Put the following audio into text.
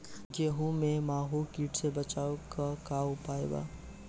गेहूँ में माहुं किट से बचाव के का उपाय बा?